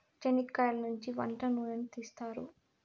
చనిక్కయలనుంచి వంట నూనెను తీస్తారు